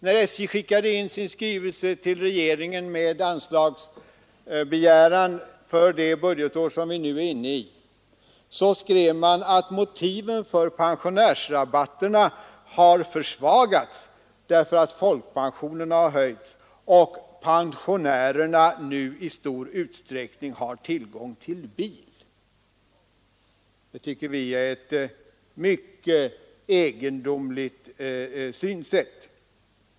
När SJ skickade in sin skrivelse till regeringen med anslagsbegäran för det budgetår som vi nu är inne i skrev man att motiven för pensionärsrabatterna har försvagats därför att folkpensionerna höjts och pensionärerna nu i stor utsträckning har tillgång till bil. Det tycker vi är ett mycket egendomligt synsätt.